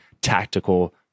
tactical